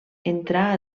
entrà